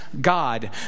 God